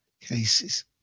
cases